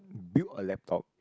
build a laptop